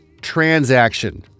Transaction